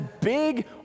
big